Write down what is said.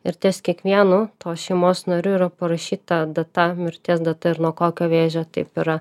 ir ties kiekvienu tos šeimos nariu yra parašyta data mirties data ir nuo kokio vėžio taip yra